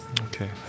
Okay